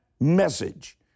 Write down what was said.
message